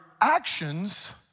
actions